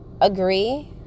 agree